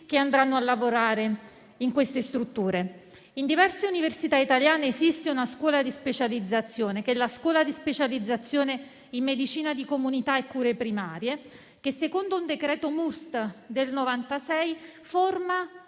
che andranno a lavorare in quelle strutture? In diverse università italiane esiste una scuola di specializzazione, che è la scuola di specializzazione in medicina di comunità e cure primarie, che - secondo un decreto del Ministero